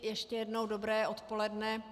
Ještě jednou dobré odpoledne.